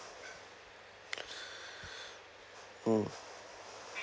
hmm